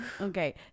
Okay